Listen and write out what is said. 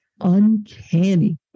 uncanny